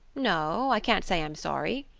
no, i can't say i'm sorry,